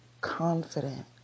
confident